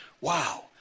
Wow